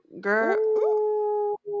Girl